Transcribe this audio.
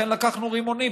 לכן לקחנו רימונים,